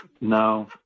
no